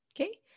Okay